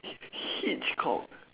hitchcock